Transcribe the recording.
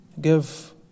give